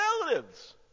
relatives